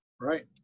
right